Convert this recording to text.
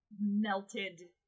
melted